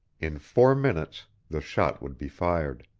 in four minutes the shot would be fired.